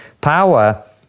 power